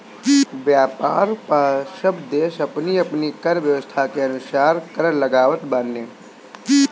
व्यापार पअ सब देस अपनी अपनी कर व्यवस्था के अनुसार कर लगावत बाने